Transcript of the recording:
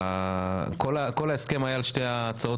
גם את זה רוצים לקחת.